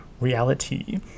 Reality